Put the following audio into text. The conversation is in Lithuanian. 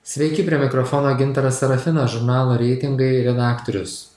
sveiki prie mikrofono gintaras sarafinas žurnalo reitingai redaktorius